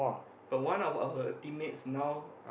but one of our teammates now